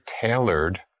tailored